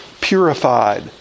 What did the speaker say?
purified